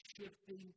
Shifting